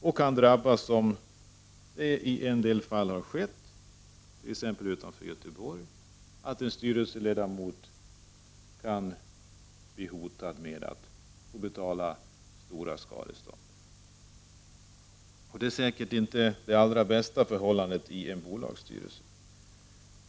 Det gör att styrelseledamöter kan drabbas, som har hänt på ett ställe utanför Göteborg, av hot om att tvingas betala stora skadestånd. Det är säkert inte det allra bästa för en bolagsstyrelse.